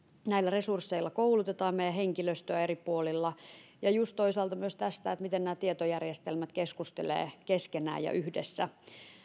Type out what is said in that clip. näillä resursseilla koulutamme meidän henkilöstöämme eri puolilla ja just toisaalta myös tästä miten nämä tietojärjestelmät keskustelevat keskenään ja yhdessä